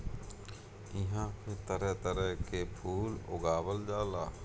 इहां पे तरह तरह के फूल उगावल जाला